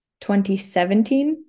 2017